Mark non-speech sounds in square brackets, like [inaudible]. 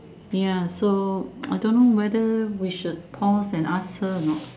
ya so [noise] I don't know whether we should pause and ask her or not